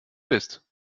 bist